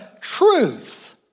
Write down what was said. truth